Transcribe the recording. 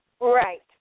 right